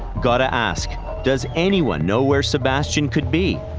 gotta ask, does anyone know where sebastien could be?